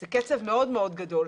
זה קצב מאוד מהיר.